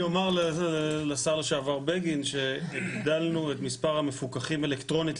אני אומר לשר לשעבר בגין שהגדלנו את מספר המפוקחים אלקטרונית,